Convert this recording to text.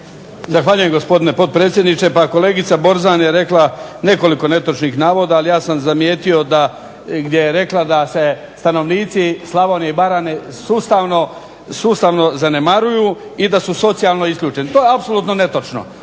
Zahvaljujem gospodine potpredsjedniče. Pa kolegica Borzan je rekla nekoliko netočnih navoda, ali ja sam zamijetio da je rekla da se stanovnici Slavonije i Baranje sustavno zanemaruju i da su socijalno isključeni. To je apsolutno netočno.